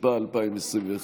התשפ"א 2021,